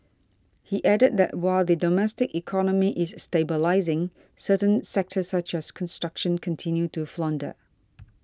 he added that while the domestic economy is stabilising certain sectors such as construction continue to flounder